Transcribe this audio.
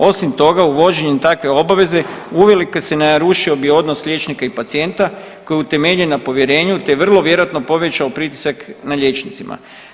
Osim toga uvođenjem takve obaveze uvelike se narušio bi odnos liječnika i pacijenta koji je utemeljen na povjerenju, te vrlo vjerojatno povećao pritisak na liječnicima.